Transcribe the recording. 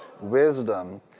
Wisdom